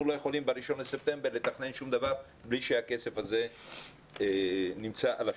לא יכולים ב-1 בספטמבר לתכנן שום דבר בלי שהכסף הזה נמצא על השולחן.